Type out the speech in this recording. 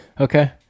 Okay